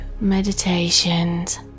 meditations